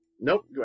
Nope